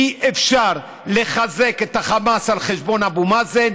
אי-אפשר לחזק את החמאס על חשבון אבו מאזן.